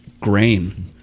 grain